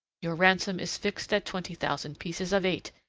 your ransom is fixed at twenty thousand pieces of eight,